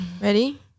ready